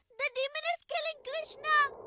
the demon is killing krishna!